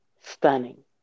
Stunning